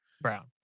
Brown